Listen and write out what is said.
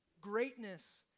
Greatness